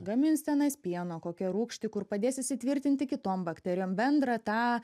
gamins tenais pieno kokią rūgštį kur padės įsitvirtinti kitom bakterijom bendrą tą